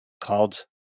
called